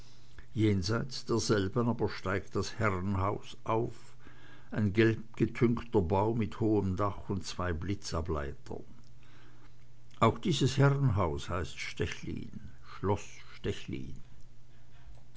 jenseits derselben aber steigt das herrenhaus auf ein gelbgetünchter bau mit hohem dach und zwei blitzableitern auch dieses herrenhaus heißt stechlin